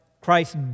Christ